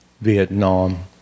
Vietnam